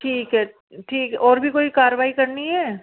ठीक है ठीक और भी कोई कारवाही करनी है